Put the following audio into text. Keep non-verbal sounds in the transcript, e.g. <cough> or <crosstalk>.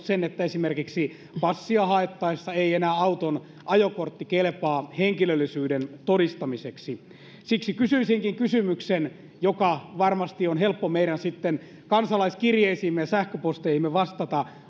<unintelligible> sen että esimerkiksi passia haettaessa ei enää auton ajokortti kelpaa henkilöllisyyden todistamiseksi siksi kysyisinkin oikeusministeriltä kysymyksen jotta varmasti on helppo meidän sitten kansalaiskirjeisiimme ja sähköposteihimme vastata